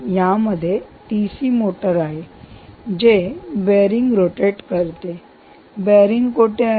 यामध्ये DC motor आहे जे बेअरिंग रोटेट करते आणि बेअरिंग कुठे आहे